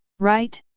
right?